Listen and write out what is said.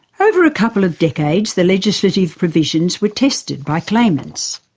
over a couple of decades, the legislative provisions were tested by claimants.